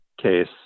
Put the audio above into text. case